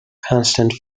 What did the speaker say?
constant